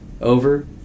over